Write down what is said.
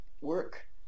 Work